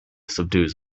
subdues